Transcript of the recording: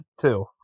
two